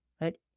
right